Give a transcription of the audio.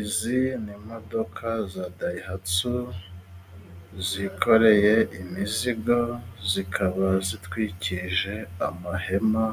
Izi ni imodoka za Dayihatsu zikoreye imizigo, zikaba zitwikirije amahema